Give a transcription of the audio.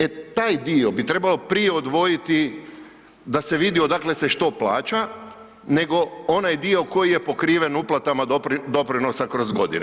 E taj dio bi trebao prije odvojiti da se vidi odakle se što plaća nego onaj dio koji je pokriven uplatama doprinosa kroz godine.